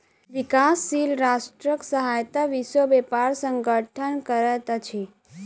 विकासशील राष्ट्रक सहायता विश्व व्यापार संगठन करैत अछि